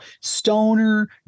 stoner